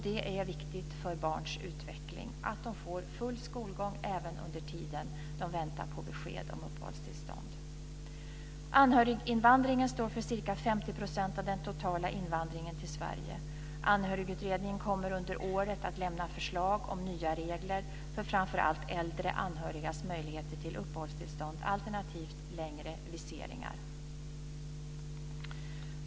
Det är viktigt för barns utveckling att de får full skolgång även under tiden de väntar på besked om uppehållstillstånd. · Anhöriginvandringen står för ca 50 % av den totala invandringen till Sverige. Anhörigutredningen kommer under året att lämna förslag om nya regler för framför allt äldre anhörigas möjligheter till uppehållstillstånd alternativt längre viseringar.